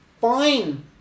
fine